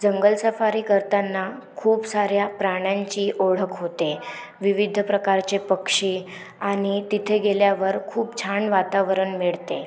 जंगल safari करताना खूप साऱ्या प्राण्यांची ओळख होते विविध प्रकारचे पक्षी आणि तिथे गेल्यावर खूप छान वातावरण मिळते